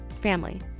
family